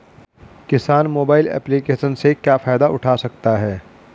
किसान mobile application से क्या फायदा उठा सकता है?